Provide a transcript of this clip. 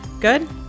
Good